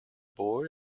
boy